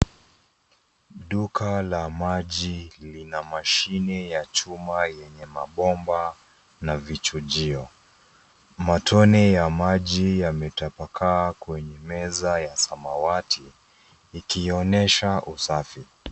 Duka la maji lina mashineya chuma, yenye mabomba, na vichunjio, matone ya maji yametapakaa kwenye meza ya samawati, ikionyesha usafi.